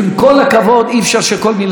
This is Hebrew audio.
אי-אפשר שכל מילה שהשרה מוציאה,